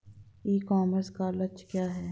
ई commerce का लक्ष्य क्या है?